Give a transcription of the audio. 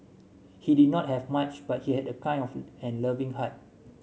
he did not have much but he had a kind of and loving heart